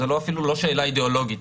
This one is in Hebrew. זה אפילו לא שאלה אידיאולוגית.